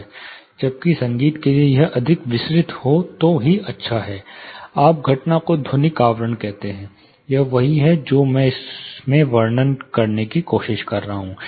जबकि संगीत के लिए यदि यह अधिक विसरित है तो यह अच्छा है आप घटना को ध्वनिक आवरण कहते हैं यह वही है जो मैं इसमें वर्णन करने की कोशिश कर रहा हूं